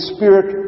Spirit